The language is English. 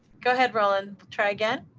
go ahead, roland. try again.